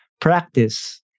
practice